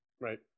Right